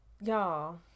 Y'all